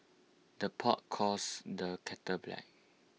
the pot calls the kettle black